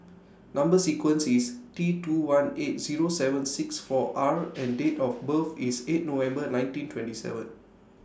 Number sequence IS T two one eight Zero seven six four R and Date of birth IS eight November nineteen twenty seven